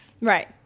right